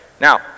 Now